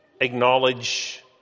acknowledge